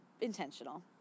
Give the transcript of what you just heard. intentional